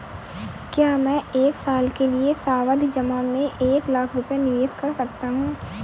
क्या मैं एक साल के लिए सावधि जमा में एक लाख रुपये निवेश कर सकता हूँ?